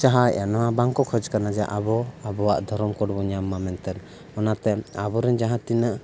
ᱪᱟᱦᱟᱣᱮᱫᱼᱟ ᱱᱚᱣᱟ ᱵᱟᱝᱠᱚ ᱠᱷᱚᱡᱽ ᱠᱟᱱᱟ ᱡᱮ ᱟᱵᱚ ᱟᱵᱚᱣᱟᱜ ᱫᱷᱚᱨᱚᱢ ᱠᱳᱰ ᱵᱚᱱ ᱧᱟᱢ ᱢᱟ ᱢᱮᱱᱛᱮᱫ ᱚᱱᱟᱛᱮ ᱟᱵᱚᱨᱮᱱ ᱡᱟᱦᱟᱸ ᱛᱤᱱᱟᱹᱜ